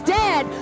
dead